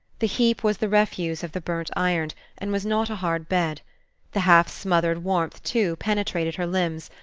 the heap was the refuse of the burnt iron, and was not a hard bed the half-smothered warmth, too, penetrated her limbs,